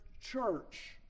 church